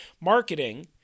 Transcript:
marketing